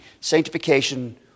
sanctification